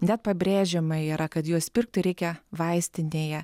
net pabrėžiama yra kad juos pirkti reikia vaistinėje